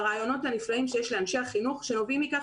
הרעיונות הנפלאים שיש לאנשי החינוך שנובעים מכך